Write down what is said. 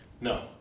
No